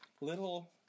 Little